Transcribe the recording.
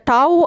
Tau